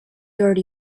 already